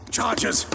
Charges